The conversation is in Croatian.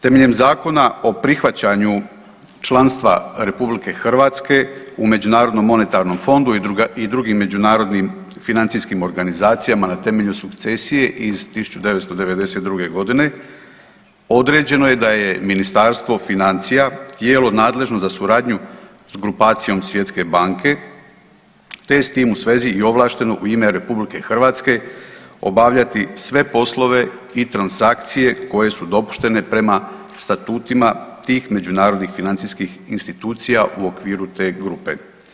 Temeljem Zakona o prihvaćanju članstva RH u MMF-u i drugim međunarodnim financijskim organizacijama na temelju sukcesije iz 1992.g. određeno je da je Ministarstvo financija tijelo nadležno za suradnju s grupacijom Svjetske banke te je s tim u svezi i ovlašteno u ime RH obavljati sve poslove i transakcije koje su dopuštene prema statutima tih međunarodnih financijskih institucija u okviru te grupe.